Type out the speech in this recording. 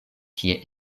kie